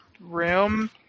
room